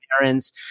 parents